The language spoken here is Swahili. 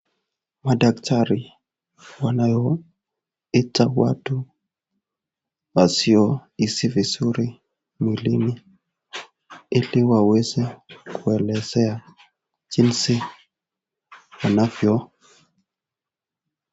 Madaktari wanao ita watu wasio hisi vizuri mwillini ili waweze kuwaelezea jinsi wanavyo.